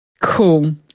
Cool